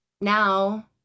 now